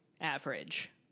average